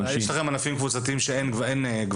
יש לכם ענפים קבוצתיים שאין גברים.